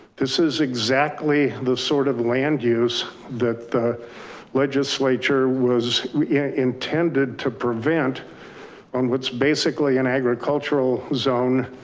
this is exactly the sort of land use that the legislature was intended to prevent on. what's basically an agricultural zone.